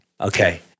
Okay